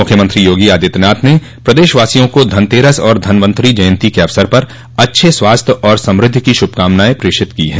मुख्यमंत्री योगी आदित्यनाथ ने प्रदेश वासियों को धनतेरस और धनवंतरी जयंती के अवसर पर अच्छे स्वास्थ्य और समृद्धि की शुभकामनाएं प्रेषित की है